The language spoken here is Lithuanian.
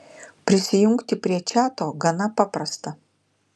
prisijungti prie čiato gana paprasta